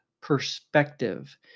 perspective